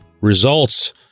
results